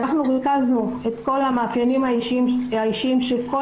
אנחנו ריכזנו את כל המאפיינים האישיים של כל